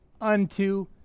unto